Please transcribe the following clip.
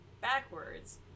backwards